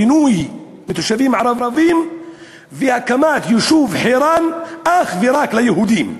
פינויו מתושבים ערבים והקמת היישוב חירן אך ורק ליהודים?